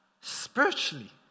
Spiritually